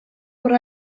would